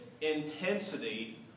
intensity